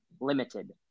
limited